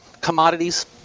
Commodities